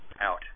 out